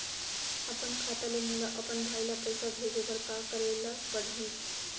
अपन खाता ले मोला अपन भाई ल पइसा भेजे बर का करे ल परही?